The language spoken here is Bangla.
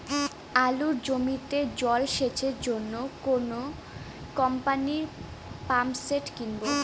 আলুর জমিতে জল সেচের জন্য কোন কোম্পানির পাম্পসেট কিনব?